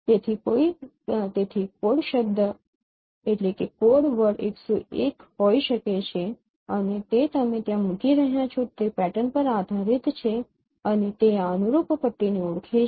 તેથી કોડ શબ્દ ૧૦૧ હોઈ શકે છે અને તે તમે ત્યાં મૂકી રહ્યાં છો તે પેટર્ન પર આધારિત છે અને તે આ અનુરૂપ પટ્ટીને ઓળખે છે